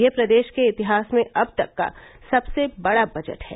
यह प्रदेश के इतिहास में अब तक का सबसे बड़ा बजट है